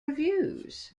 reviews